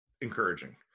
encouraging